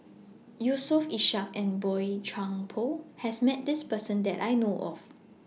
Yusof Ishak and Boey Chuan Poh has Met This Person that I know of